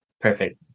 Perfect